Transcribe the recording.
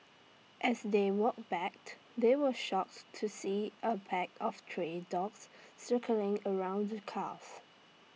as they walked they were shocked to see A pack of tray dogs circling around the cars